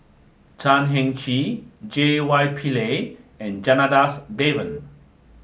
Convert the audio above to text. Chan Heng Chee J Y Pillay and Janadas Devan